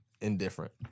indifferent